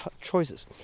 choices